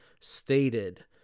stated